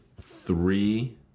Three